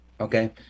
okay